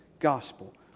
Gospel